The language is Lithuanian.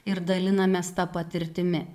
ir dalinamės ta patirtimi